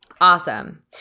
awesome